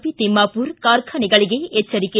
B Thimmamura ಕಾರ್ಖಾನೆಗಳಿಗೆ ಎಚ್ಚರಿಕೆ